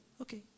okay